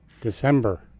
December